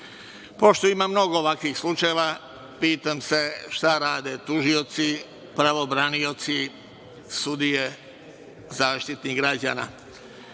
Pošto ima mnogo ovakvih slučajeva, pitam se šta rade tužioci, pravobranioci, sudije, Zaštitnik građana?